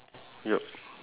ya